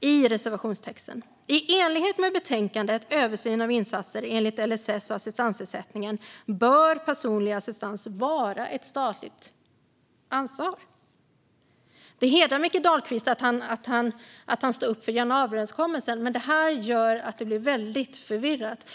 i reservationen: "I enlighet med betänkandet Översyn av insatser enligt LSS och assistansersättningen . bör personlig assistans vara ett statligt ansvar." Det hedrar Mikael Dahlqvist att han står upp för januariöverenskommelsen, men det här gör att det blir väldigt förvirrat.